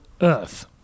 earth